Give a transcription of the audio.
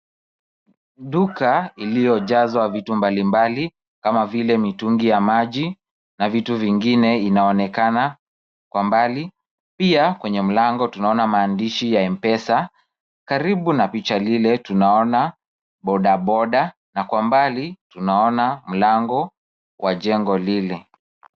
Duka iliyojazwa vitu mbalimbali kama vile mitungi ya maji na vitu vingine inaonekana kwa mbali. Pia kwenye mlango tunaona maandishi ya M-pesa. Karibu na picha lile tunaona bodaboda na kwa mbali tunaona mlango wa jengo lile.